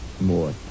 More